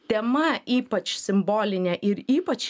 tema ypač simbolinė ir ypač